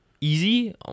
Easy